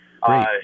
Great